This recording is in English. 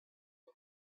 and